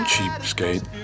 Cheapskate